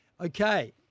Okay